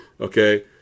Okay